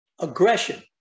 Aggression